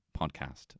podcast